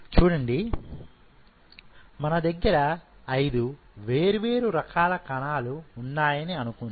చూడండి మన దగ్గర 5 వేర్వేరు రకాల కణాలు ఉన్నాయని అనుకుందాం